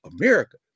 America